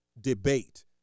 debate